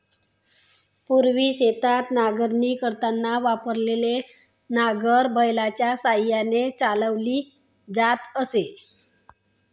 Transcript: पूर्वी शेतात नांगरणी करताना वापरलेले नांगर बैलाच्या साहाय्याने चालवली जात असे